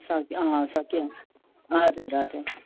सक्यो अँ सकिहाल हजुर हजुर